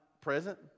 present